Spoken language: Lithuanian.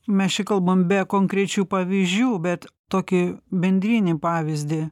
mes čia kalbam be konkrečių pavyzdžių bet tokį bendrinį pavyzdį